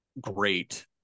great